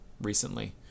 recently